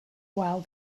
while